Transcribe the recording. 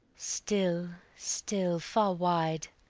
still, still, far wide!